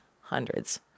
hundreds